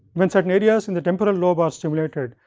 when certain areas in the temporal lobe are stimulated,